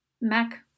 Mac